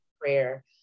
prayer